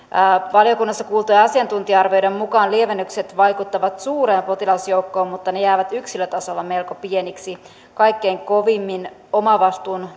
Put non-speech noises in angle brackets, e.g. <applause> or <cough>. valiokunnassa kuultujen asiantuntija arvioiden mukaan lievennykset vaikuttavat suureen potilasjoukkoon mutta ne jäävät yksilötasolla melko pieniksi kaikkein kovimmin omavastuun <unintelligible>